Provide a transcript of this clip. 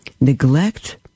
neglect